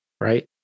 right